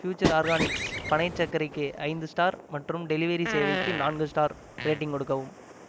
future Organics பனைச் சர்க்கரைக்கு ஐந்து ஸ்டார் மற்றும் டெலிவரி சேவைக்கு நான்கு ஸ்டார் ரேட்டிங் கொடுக்கவும்